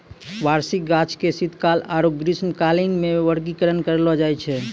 वार्षिक गाछ के शीतकाल आरु ग्रीष्मकालीन मे वर्गीकरण करलो जाय छै